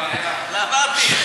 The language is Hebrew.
למדתי.